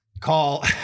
call